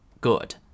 good